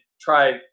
try